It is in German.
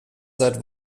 seit